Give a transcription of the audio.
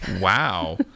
Wow